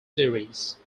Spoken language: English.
series